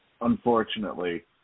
unfortunately